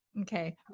Okay